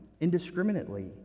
indiscriminately